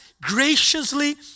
graciously